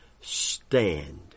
stand